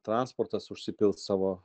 transportas užsipils savo